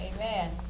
Amen